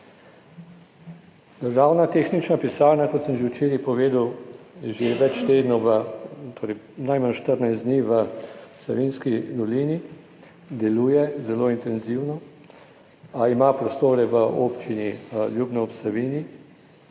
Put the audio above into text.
Državna tehnična pisarna, kot sem že včeraj povedal, že več tednov, torej najmanj 14 dni v Savinjski dolini deluje zelo intenzivno, ima prostore v občini Ljubno ob Savinji,